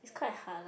quite hard lah